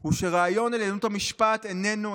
הוא ש"רעיון 'עליונות המשפט' איננו,